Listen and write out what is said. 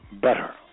better